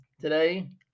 today